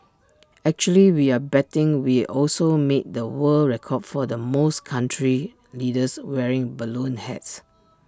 actually we're betting we also made the world record for the most country leaders wearing balloon hats